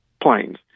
planes